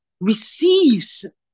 receives